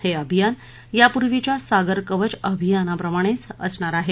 हे अभियान यापूर्वीच्या सागर कवच अभियाना प्रमाणेच असणार आहे